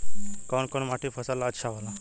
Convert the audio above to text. कौन कौनमाटी फसल ला अच्छा होला?